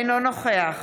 אינו נוכח